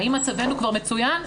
האם מצבנו כבר מצוין?